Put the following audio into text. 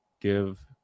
give